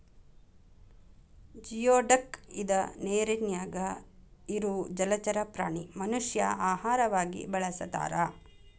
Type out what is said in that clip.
geoduck ಇದ ನೇರಿನ್ಯಾಗ ಇರು ಜಲಚರ ಪ್ರಾಣಿ ಮನಷ್ಯಾ ಆಹಾರವಾಗಿ ಬಳಸತಾರ